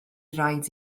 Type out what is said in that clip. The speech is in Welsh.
raid